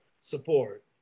support